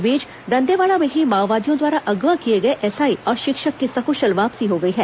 इस बीच दंतेवाड़ा में ही माओवादियों द्वारा अगवा किए गए एसआई और शिक्षक की सकुशल वापसी हो गई है